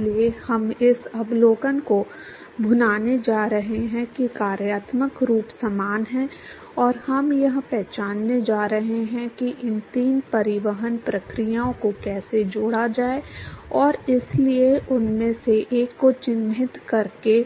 इसलिए हम इस अवलोकन को भुनाने जा रहे हैं कि कार्यात्मक रूप समान है और हम यह पहचानने जा रहे हैं कि इन तीन परिवहन प्रक्रियाओं को कैसे जोड़ा जाए और इसलिए उनमें से एक को चिह्नित करके